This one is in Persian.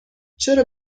چرا